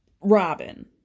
Robin